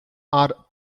are